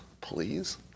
please